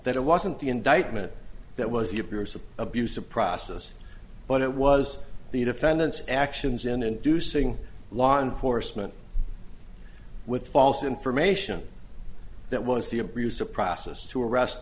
that it wasn't the indictment that was the appearance of abuse of process but it was the defendant's actions in inducing law enforcement with false information that was the abuse of process to arrest